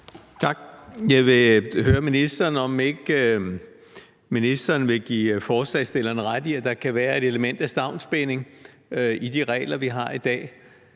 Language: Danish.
Tak. Jeg vil høre ministeren, om ikke ministeren vil give forslagsstillerne ret i, at der kan være et element af stavnsbinding i de regler, vi har i dag.